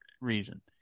reason